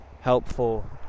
helpful